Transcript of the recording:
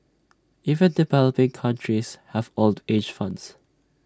even developing countries have old age funds